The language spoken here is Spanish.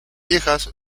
viejas